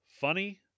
funny